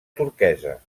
turquesa